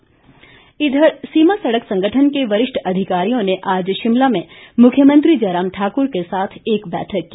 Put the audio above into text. बैठक इधर सीमा सड़क संगठन के वरिष्ठ अधिकारियों ने आज शिमला में मुख्यमंत्री जयराम ठाक्र के साथ एक बैठक की